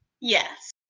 Yes